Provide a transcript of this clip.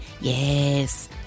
Yes